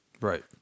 Right